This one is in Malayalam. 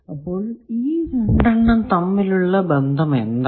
അപ്പോൾ ഈ രണ്ടെണ്ണം തമ്മിലുള്ള ബന്ധം എന്താണ്